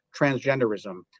transgenderism